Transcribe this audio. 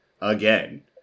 again